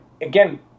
again